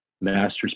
master's